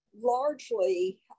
largely